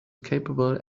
capable